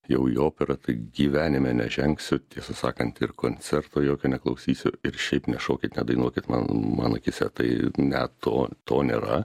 jau į operą tai gyvenime nežengsiu tiesą sakant ir koncerto jokio neklausysiu ir šiaip nešokit nedainuokit man mano akyse tai ne to to nėra